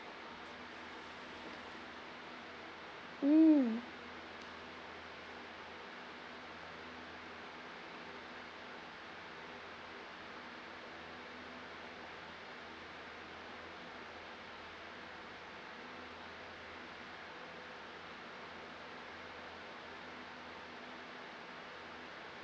mm